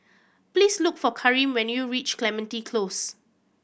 please look for Kareem when you reach Clementi Close